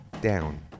down